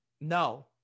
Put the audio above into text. No